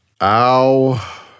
Ow